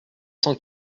cents